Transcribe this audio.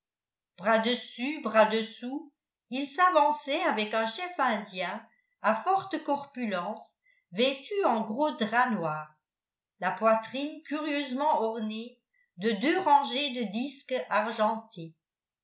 bras dessus bras dessous il s'avançait avec un chef indien à forte corpulence vêtu en gros drap noir la poitrine curieusement ornée de deux rangées de disques argentés